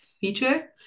feature